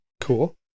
Cool